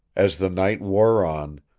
as the night wore on,